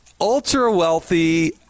ultra-wealthy